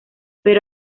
pero